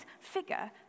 figure